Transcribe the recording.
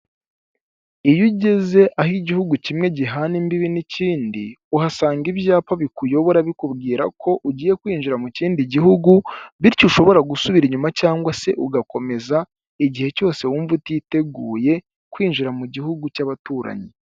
Iyo ugeze aho igihugu kimwe gihana imbibi n'ikindi, uhasanga ibyapa bikuyobora bikubwira ko ugiye kwinjira mu kindi guhugu bityo ushobora gusubira inyuma cyangwa ugakomeza igihe cyose wumva utiteguye kwinjira mu gihugu cy'abaturanyi.